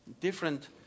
Different